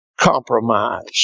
Compromise